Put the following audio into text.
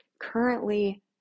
currently